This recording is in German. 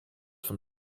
vom